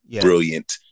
brilliant